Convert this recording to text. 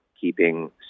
keeping